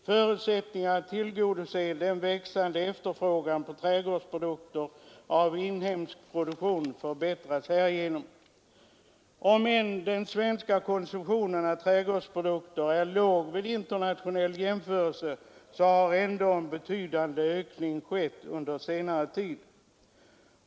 Förutsättningarna att tillgodose den växande efterfrågan på trädgårds produkter av inhemsk produktion förbättras härigenom. Om än den svenska konsumtionen av trädgårdsprodukter är låg vid internationell jämförelse, har en betydande ökning skett under senare tid.